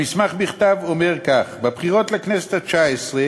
המסמך בכתב אומר כך: בבחירות לכנסת התשע-עשרה